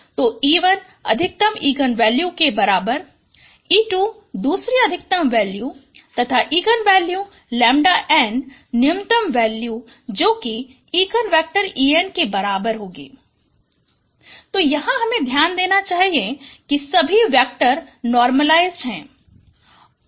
तो e1 अधिकतम eigen value के बराबर e2 दूसरी अधिकतम वैल्यू तथा इगन वैल्यू λn न्यूनतम वैल्यू जो कि इगन वेक्टर en के बराबर होगी तो यहाँ हमें ध्यान देना चाहिए कि सभी वेक्टर नार्मलाइसड हैं